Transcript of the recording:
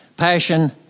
Passion